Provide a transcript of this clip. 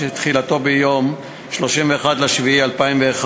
שתחילתו ביום 31 ביולי 2001,